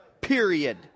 Period